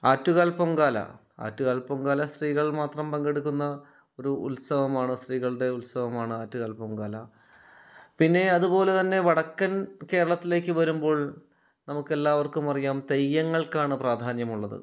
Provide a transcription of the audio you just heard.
ആറ്റുകാൽ പൊങ്കാല ആറ്റുകാൽ പൊങ്കാല സ്ത്രീകൾ മാത്രം പങ്കെടുക്കുന്ന ഒരു ഉത്സവമാണ് സ്ത്രീകളുടെ ഉത്സവമാണ് ആറ്റുകാൽ പൊങ്കാല പിന്നെ അതുപോലെതന്നെ വടക്കൻ കേരളത്തിലേക്ക് വരുമ്പോൾ നമുക്കെല്ലാവർക്കും അറിയാം തെയ്യങ്ങൾക്കാണ് പ്രാധാന്യമുള്ളത്